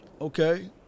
Okay